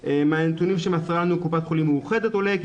מהנתונים שמסרה לנו קופת חולים מאוחדת עולה כי